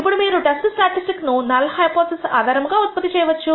ఇప్పుడు మీరు test statistic ను నల్ హైపోథిసిస్ ఆధారముగా ఉత్పత్తి చేయవచ్చు